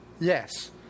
yes